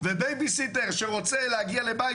ובייבי סיטר שרוצה להגיע לבית,